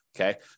Okay